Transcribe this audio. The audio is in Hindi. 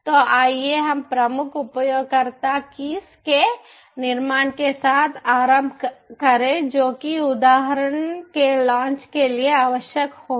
तो आइए हम प्रमुख उपयोगकर्ता कीस के निर्माण के साथ आरंभ करें जो कि उदाहरण के लॉन्च के लिए आवश्यक होंगी